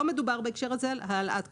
לא מדובר בהקשר הזה על העלאת קנסות.